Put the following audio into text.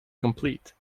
complete